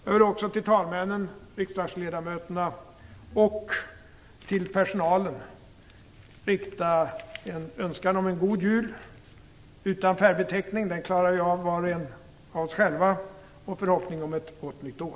Jag vill också till talmännen, till riksdagsledamöterna och till personalen rikta en önskan om en god jul, utan färgbeteckning, den klarar var och en av själv, och en förhoppning om ett gott nytt år.